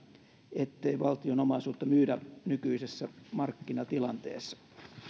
ettei valtion omaisuutta myydä nykyisessä markkinatilanteessa